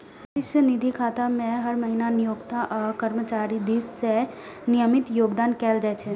भविष्य निधि खाता मे हर महीना नियोक्ता आ कर्मचारी दिस सं नियमित योगदान कैल जाइ छै